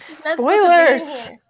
Spoilers